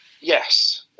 yes